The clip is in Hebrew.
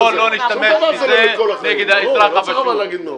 בואו לא נשתמש בזה נגד האזרח הפשוט.